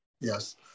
Yes